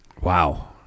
Wow